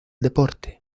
deporte